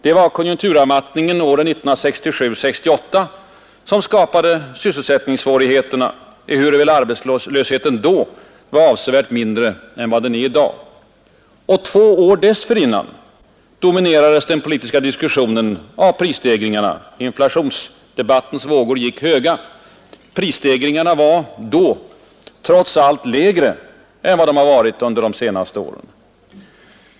Det var konjunkturavmattningen åren 1967-1968 som skapade sysselsättningssvårigheterna, ehuruväl arbetslösheten då var avsevärt mindre än i dag. Två år dessförinnan dominerades den politiska diskussionen av prisstegringarna. Inflationsdebattens vågor gick höga. Prisstegringarna var trots allt då lägre än vad de varit under de två senaste åren.